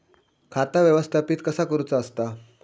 खाता व्यवस्थापित कसा करुचा असता?